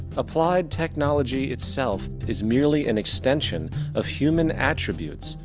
applied technology itself is merely and extension of human attributes,